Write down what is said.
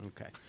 Okay